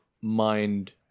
mind